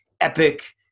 epic